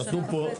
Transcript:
נתנו פה,